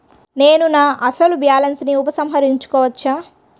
నేను నా అసలు బాలన్స్ ని ఉపసంహరించుకోవచ్చా?